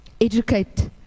educate